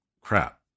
crap